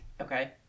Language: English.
Okay